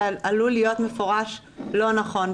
זה עלול להיות מפורש לא נכון,